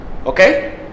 Okay